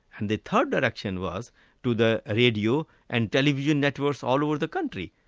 and the third direction was to the radio and television networks all over the country,